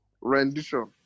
rendition